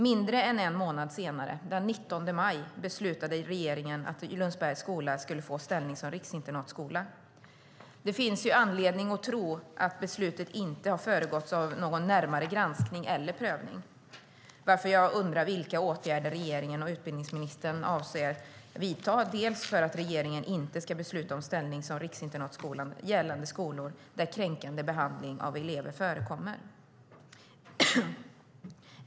Mindre än en månad senare, den 19 maj, beslutade regeringen att Lundsbergs skola skulle få ställning som riksinternatskola. Det finns anledning att tro att beslutet inte har föregåtts av någon närmare granskning eller prövning, varför jag undrar vilka åtgärder regeringen och utbildningsministern avser att vidta för att regeringen inte ska besluta om ställning som riksinternatskola för skolor där kränkande behandling av elever förekommer.